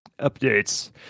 updates